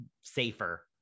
safer